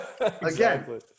again